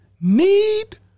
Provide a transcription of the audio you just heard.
Need